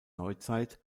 neuzeit